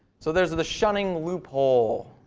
so there's the shunning loophole.